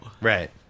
Right